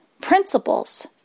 principles